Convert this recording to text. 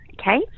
okay